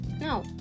no